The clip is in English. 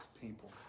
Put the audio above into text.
people